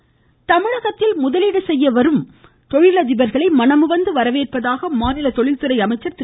சம்பத் தமிழகத்தில் முதலீடு செய்ய வரும் தொழிலதிபர்களை மனமுவந்து வரவேற்பதாக மாநில தொழில்துறை அமைச்சர் திரு